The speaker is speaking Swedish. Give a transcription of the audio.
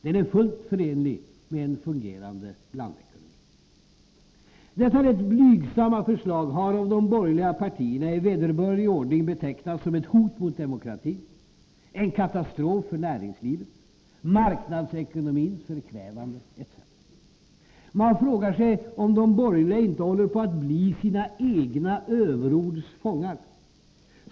Den är fullt förenlig med en fungerande blandekonomi. Detta rätt blygsamma förslag har av de borgerliga partierna i vederbörlig ordning betecknats som ett hot mot demokratin, en katastrof för näringslivet, marknadsekonomins förkvävande osv. Man frågar sig om de borgerliga inte håller på att bli sina egna överords fångar.